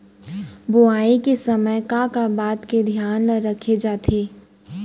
बुआई के समय का का बात के धियान ल रखे जाथे?